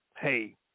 hey